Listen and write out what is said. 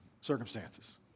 circumstances